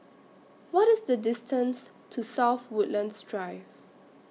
What IS The distance to South Woodlands Drive